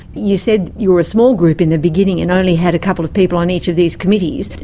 you said you were a small group in the beginning and only had a couple of people on each of these committees.